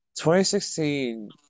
2016